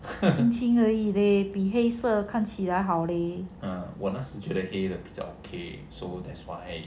青青而已 leh 得比黑色看起来好 leh